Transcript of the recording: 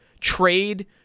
trade